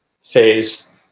phase